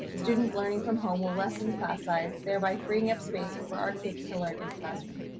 the students learning from home will lessen class size, thereby freeing up space for our kids to learn in classroom.